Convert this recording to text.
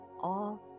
off